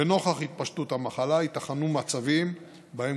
לנוכח התפשטות המחלה ייתכנו מצבים שבהם